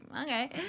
okay